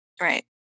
Right